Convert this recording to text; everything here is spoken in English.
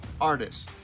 artists